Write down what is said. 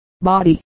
body